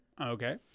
Okay